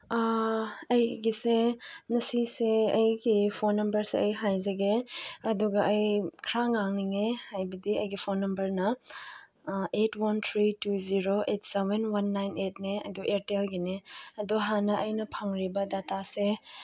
ꯑꯩꯒꯤꯁꯦ ꯉꯁꯤꯁꯦ ꯑꯩꯒꯤ ꯐꯣꯟ ꯅꯝꯕꯔꯁꯦ ꯑꯩ ꯍꯥꯏꯖꯒꯦ ꯑꯗꯨꯒ ꯑꯩ ꯈꯔ ꯉꯥꯡꯅꯤꯡꯉꯦ ꯍꯥꯏꯕꯗꯤ ꯑꯩꯒꯤ ꯐꯣꯟ ꯅꯝꯕꯔꯅ eight one three two zero eight seven one nine ꯑꯦꯠꯅꯦ ꯑꯗꯨ ꯏꯌꯔꯇꯦꯜꯒꯤꯅꯦ ꯑꯗꯣ ꯍꯥꯟꯅ ꯑꯩꯅ ꯐꯪꯂꯤꯕ ꯗꯇꯥꯁꯦ